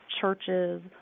churches